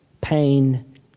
pain